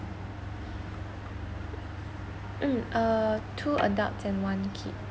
mm uh two adults and one kid